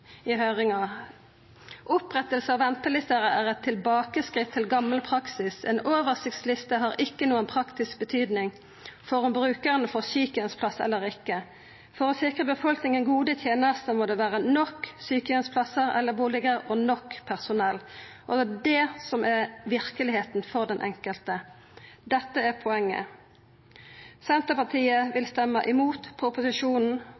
i høyringa: «Opprettelse av ventelister er et tilbakeskritt til gammel praksis. En oversiktsliste har ikke noen praktisk betydning for om brukeren får sykehjemsplass eller ikke. For å sikre befolkningen gode tjenester må det være nok sykehjemsplasser eller boliger, og nok personell. Det er det som er virkeligheten for den enkelte.» Dette er poenget. Senterpartiet